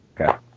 Okay